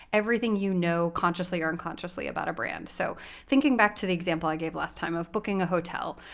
everything you know, consciously or unconsciously, about a brand. so thinking back to the example i gave last time of booking a hotel,